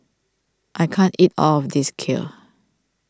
I can't eat all of this Kheer